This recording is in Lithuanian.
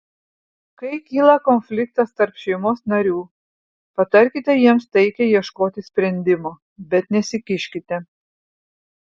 kai kyla konfliktas tarp šeimos narių patarkite jiems taikiai ieškoti sprendimo bet nesikiškite